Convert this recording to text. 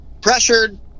pressured